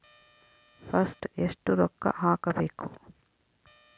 First ಎಷ್ಟು ರೊಕ್ಕ ಹಾಕಬೇಕು?